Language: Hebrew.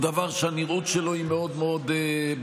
הוא דבר שהנראות שלו היא מאוד מאוד בעייתית.